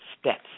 steps